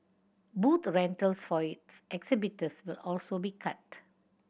booth rentals for its exhibitors will also be cut